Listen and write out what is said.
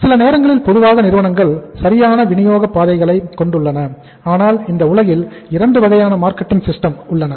சில நேரங்களில் பொதுவாக நிறுவனங்கள் சரியான வினியோக பாதைகளைத் கொண்டுள்ளன ஆனால் இந்த உலகில் இரண்டு வகையான மார்க்கெட்டிங் சிஸ்டம் உள்ளது